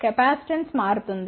capacitance మారుతుంది